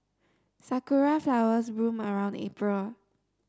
sakura flowers bloom around April